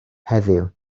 heddiw